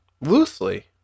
Loosely